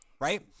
right